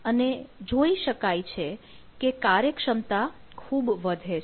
અને જોઇ શકાય છે કે કાર્યક્ષમતા ખૂબ વધે છે